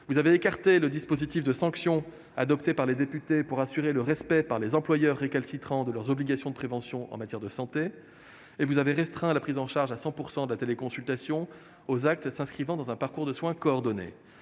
Vous avez écarté le dispositif de sanction adopté par les députés pour assurer le respect par les employeurs récalcitrants de leurs obligations de prévention en matière de santé et restreint la prise en charge à 100 % de la téléconsultation aux actes s'inscrivant dans un parcours de soins coordonnés.